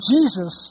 Jesus